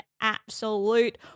absolute